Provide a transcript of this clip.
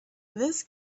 this